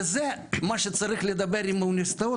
וזה מה שצריך לדבר עם האוניברסיטאות